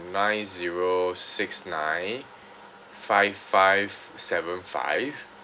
nine zero six nine five five seven five